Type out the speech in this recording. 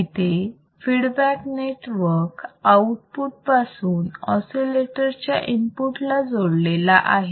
इथे feedback network output पासून oscillator च्या इनपुट ला जोडलेला आहे